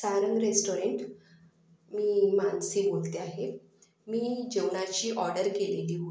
Sarang restaurant मी मानसी बोलते आहे मी जेवणाची ऑर्डर केलेली होती